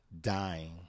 dying